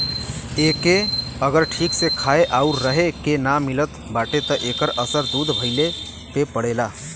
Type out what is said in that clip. एके अगर ठीक से खाए आउर रहे के ना मिलत बाटे त एकर असर दूध भइले पे पड़ेला